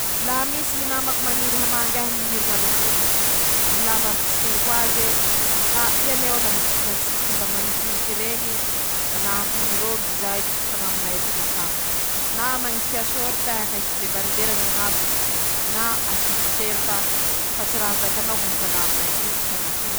Laha misy ñy namako mañiry hamangy ahy aminy ñy heriñandro ambony, ñy lamba ampisikiniko azy ee :-Aa iha lahy ho aho:" la misikinasiky mbamanifinify reñy manahaky ñy robe zay fa ñaminay atoy mafana, na mañisia sorita eha ka asio debaridera ñañabony na asio tiseritafa tsy raha zakanao ñy hafana aminay atoy fa ñatoy ma <…>"